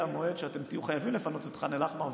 המועד שאתם תהיו חייבים לפנות את ח'אן אל-אחמר,